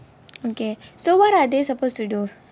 okay so what are they supposed to do